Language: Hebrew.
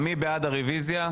הצבעה, מי בעד הרוויזיה?